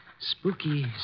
spooky